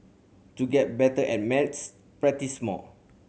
to get better at maths practise more